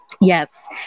Yes